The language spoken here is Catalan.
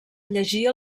llegir